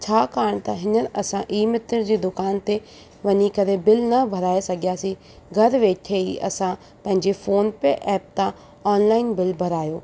छाकाणि त हीअंर असां ई मित्र जे दुकान ते वञी करे बिल न भराए सघियासीं घरु वेठे ई असां पंहिंजे फोन पे ऐप था ऑनलाइन बिल भरायो